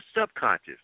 subconscious